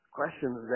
questions